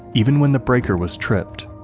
even when the breaker was tripped